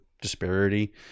disparity